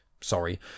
sorry